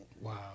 wow